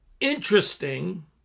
interesting